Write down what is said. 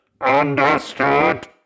Understood